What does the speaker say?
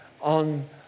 on